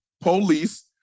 police